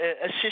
assist